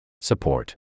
Support